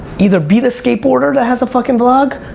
either be the skateboarder that has a fuckin' blog,